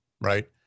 right